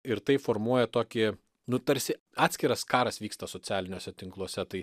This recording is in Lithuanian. ir tai formuoja tokį nu tarsi atskiras karas vyksta socialiniuose tinkluose tai